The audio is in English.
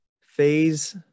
Phase